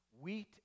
wheat